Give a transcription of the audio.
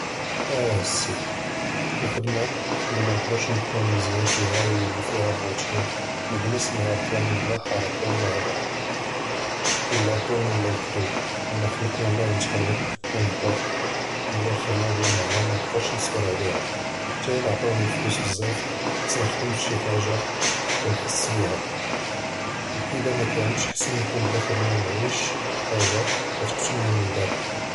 אָה סִי הַכְּדַמָה לִי מַקַּנְקַדֶּרְש נְכוּן מְזְיָּאן פִיהּ הִי לִי פִיהּ אֶלְרוּטִין נְקַלֵס נְהַאר כָּמֵל בְּלָא חָרְכָה וּבְלָא הַדְרָה וְלָא טוֹן וְלָא כְּדּוּב אָנָא חְלַקְתִּי אֱלָּה נִתְחַרֶק וְנְהַדֵר וְלָא הַכְּדַמָה בְּלָא מַעְנָא מַקַּנְקַדֶּרְש נְצַבֵּר עַלְיָה ḥַתִּי לִי עֲטָאוּנִי אֶלְפְּלוּס בְּזַאף חַצְנִי נִחְדֶם פִּי שִי חַאגָ'ה כַּנְחֵס בִּיהָ וְאִדָּא מַקַּאןְש חַסַן נְכוּן בְּלָא הַכְּדַמָה וְנְעַיִש חַאגָ'ה כַּתְקַתְּלְנִי מַלְדַאְכְּל.